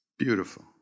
Beautiful